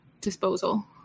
disposal